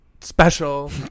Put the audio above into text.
special